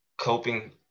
coping